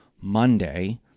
Monday